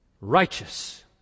righteous